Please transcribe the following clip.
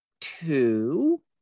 two